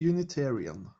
unitarian